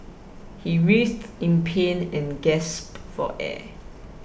he writhed in pain and gasped for air